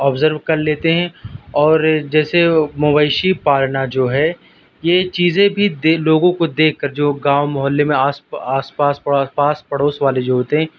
observe کر لیتے ہیں اور جیسے مویشی پالنا جو ہے یہ چیزیں بھی لوگوں کو دیکھ کر جو گاؤں محلّے میں آس آس پاس پاس پڑوس والے جو ہوتے ہیں